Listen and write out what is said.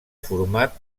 format